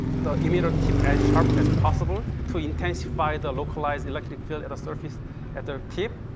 the emitter tip as sharp as possible to intensify the localized electric field at the surface at the tip.